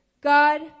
God